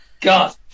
God